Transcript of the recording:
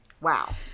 Wow